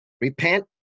repent